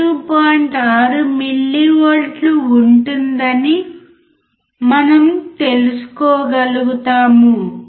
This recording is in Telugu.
6 మిల్లీవోల్ట్లు ఉంటుంది అని మనం తెలుసుకోగలుగుతాము